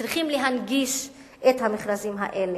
צריכים להנגיש את המכרזים האלה,